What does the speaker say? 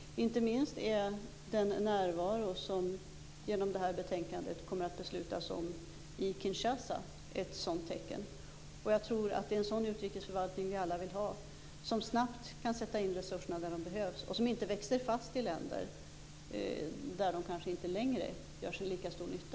Inte minst är närvaron i Kinshasa, som det genom det här betänkandet kommer att beslutas om, ett sådant tecken. Jag tror att vi alla vill ha en sådan utrikesförvaltning som snabbt kan sätta in resurserna där de behövs och ser till att de inte växer fast i länder där de kanske inte längre gör så stor nytta.